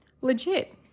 Legit